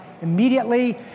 immediately